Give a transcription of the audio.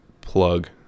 plug